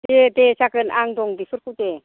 दे दे जागोन आं दं बेफोरखौ दे